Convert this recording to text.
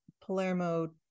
Palermo